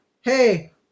hey